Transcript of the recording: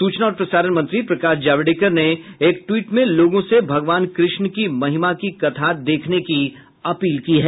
सूचना और प्रसारण मंत्री प्रकाश जावड़ेकर ने एक ट्वीट में लोगों से भगवान कृष्ण की महिमा की कथा देखने की अपील की है